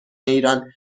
ایران